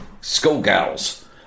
schoolgirls